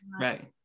right